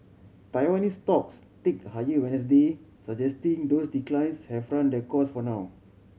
Taiwanese stocks ticked higher Wednesday suggesting those declines have run their course for now